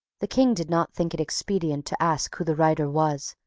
the king did not think it expedient to ask who the writer was,